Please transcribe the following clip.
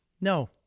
No